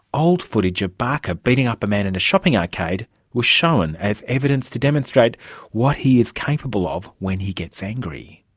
old footage of barker beating up a man in a shopping arcade was shown as evidence to demonstrate what he is capable of when he gets angry.